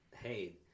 hey